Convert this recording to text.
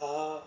uh uh